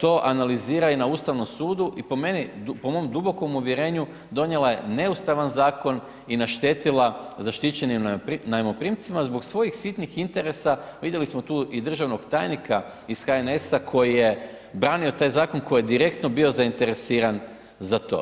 to analizira i na Ustavnom sudu i po meni, po mom dubokom uvjerenju, donijela je neustavan zakon i naštetila zaštićenim najmoprimcima zbog svojih sitnih interesa, vidjeli smo tu i državnog tajnika iz HNS-a koji je branio taj zakon koji je direktno bio zainteresiran za to.